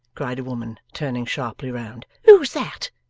cried a woman turning sharply round, who's that?